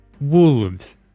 wolves